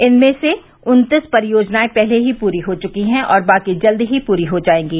इनमें से उन्तीस परियोजनाएं पहले ही पूरी हो चुकी हैं और बाकी जल्द ही पूरी हो जाएंगी